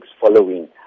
following